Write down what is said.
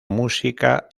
música